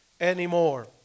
anymore